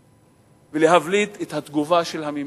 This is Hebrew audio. כאן ולהבליט את התגובה של הממשלה.